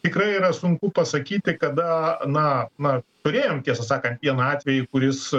tikrai yra sunku pasakyti kada na na turėjom tiesą sakant vieną atvejį kuris